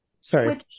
sorry